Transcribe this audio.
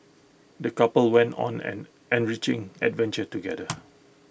the couple went on an enriching adventure together